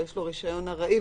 ויש לו רשיון ארעי,